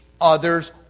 others